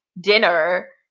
dinner